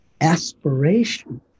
aspiration